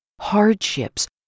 hardships